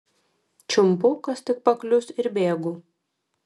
čiumpu kas tik paklius ir bėgu